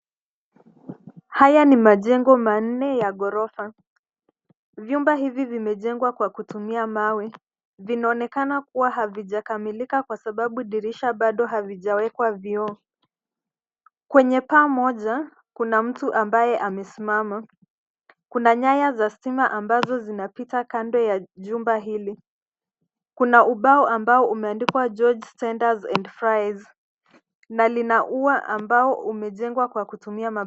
Haya ni majengo manne ya ghorofa, vyumba hivi vimejengwa kwa kutumia mawe. Vinaonekana kuwa havijakamilika kwasababu dirisha baado havijawekwa vioo. Kwenye paa moja kuna mtu ambaye amesimama. Kuna nyaya za stima ambazo zinapita kando ya jumba hili. Kuna ubao ambao umeandikwa George Tenders and Fries na lina ua ambao umejengwa kwa kutumia mabati.